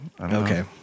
Okay